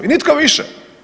I nitko više.